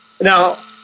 now